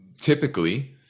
typically